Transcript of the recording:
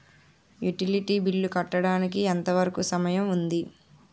Utility bill కట్టడానికి ఎంత వరుకు సమయం ఉంటుంది?